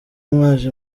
mwaje